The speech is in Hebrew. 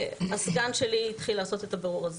והסגן שלי התחיל לעשות את הבירור הזה.